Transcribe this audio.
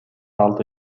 алты